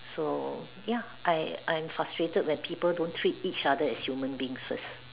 so ya I I'm frustrated when people don't treat each other as human beings first